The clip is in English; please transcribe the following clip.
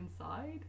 inside